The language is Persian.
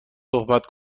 صحبت